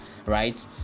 right